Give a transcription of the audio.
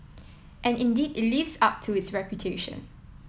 and indeed it lives up to its reputation